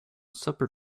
super